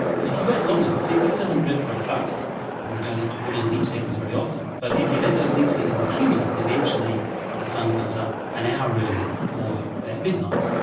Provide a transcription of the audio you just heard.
and if you wait long enough it it doesn't drift very fast and we don't have to put in leap seconds very often. but if you let those leap seconds accumulate eventually the sun comes up an hour earlier or at midnight.